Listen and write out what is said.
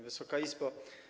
Wysoka Izbo!